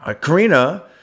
Karina